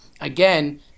again